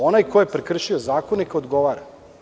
Onaj ko je prekršio zakon neka odgovara.